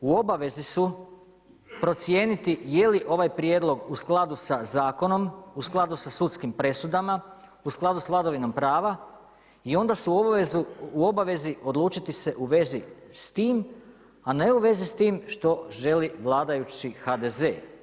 U obavezi su procijeniti je li ovaj prijedlog u skladu sa zakonom, u skladu sa sudskim presudama, u skladu sa vladavinom prava i onda su u obavezi odlučiti se u vezi s tim a ne u vezi s time što želi vladajući HDZ.